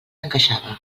encaixava